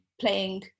playing